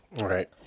Right